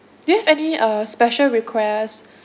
do you have any uh special request